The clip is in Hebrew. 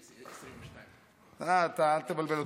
1922. אל תבלבל אותי.